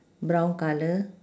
brown colour